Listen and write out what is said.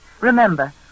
Remember